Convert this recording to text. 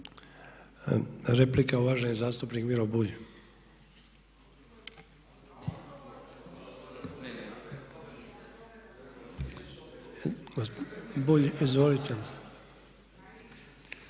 repliku uvaženi zastupnik Miro Bulj. **Bulj, Miro